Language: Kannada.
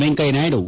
ವೆಂಕಯ್ಯನಾಯ್ಡು